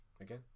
Again